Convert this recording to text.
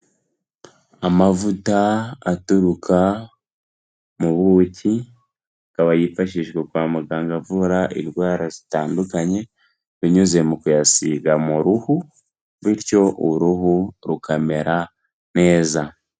Amavuta aturuka mu buki, akaba yifashishwa kwa muganga avura indwara zitandukanye, binyuze mu kuyasiga mu ruhu bityo uruhu rukamera neza.